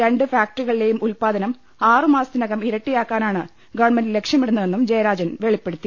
രണ്ട് ഫാക്ട്ടറികളിലെയും ഉല്പാദനം ആറു മാസത്തിനകം ഇരട്ടിയാക്കാനാണ് ഗവൺമെന്റ് ലക്ഷ്യ മിടുന്നതെന്നും ജയരാജൻ വെളിപ്പെടുത്തി